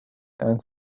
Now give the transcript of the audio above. and